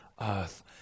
earth